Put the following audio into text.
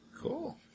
Cool